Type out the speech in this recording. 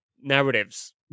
narratives